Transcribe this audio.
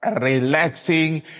relaxing